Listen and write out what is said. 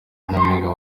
nyampinga